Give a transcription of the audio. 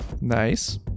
Nice